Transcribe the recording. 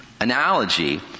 analogy